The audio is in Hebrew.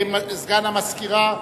סגן המזכירה,